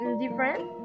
different